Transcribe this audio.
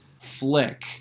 flick